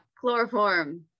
Chloroform